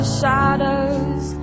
shadows